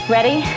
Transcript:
Ready